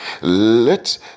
Let